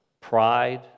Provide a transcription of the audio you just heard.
pride